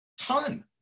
Ton